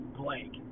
blank